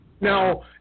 Now